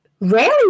rarely